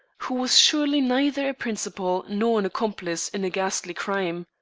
who was surely neither a principal nor an accomplice in a ghastly crime.